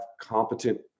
competent